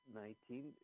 nineteen